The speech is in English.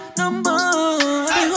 number